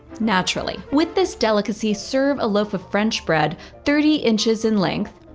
naturally. with this delicacy serve a loaf of french bread thirty inches in length,